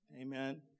amen